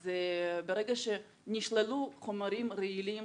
אז ברגע שנשללו חומרים רעילים,